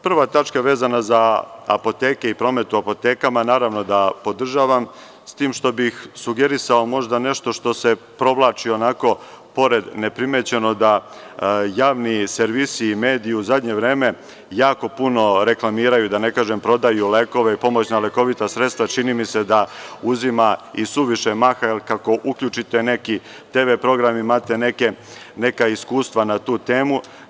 Prva tačka vezana za apoteke i promet u apotekama, naravno da podržavam, s tim što bih sugerisao možda nešto što se provlači onako pored, neprimećeno, da javni servisi i mediji u zadnje vreme jako puno reklamiraju, da ne kažem prodaju lekove i pomoćna lekovita sredstva, čini mi se da uzima isuviše maha, jer kako uključite neki TV program imate neka iskustva na tu temu.